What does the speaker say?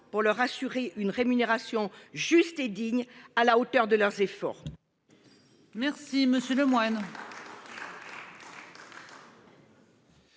pour leur assurer une rémunération juste et digne à la hauteur de leurs efforts.